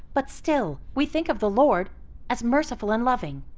but still we think of the lord as merciful and loving.